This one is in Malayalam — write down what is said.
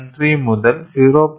13 മുതൽ 0